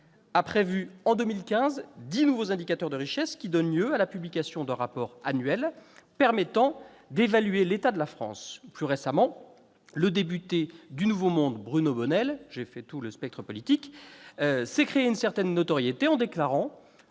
la prise en compte de dix nouveaux indicateurs de richesse, qui donnent lieu à la publication d'un rapport annuel permettant d'évaluer l'état de la France. Plus récemment, le député du « nouveau monde » Bruno Bonnell- j'ai parcouru l'ensemble du spectre politique ! -s'est créé une certaine notoriété en déclarant